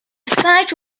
site